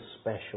special